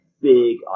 big